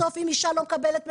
בסוף אם אישה לא מקבלת מזונות,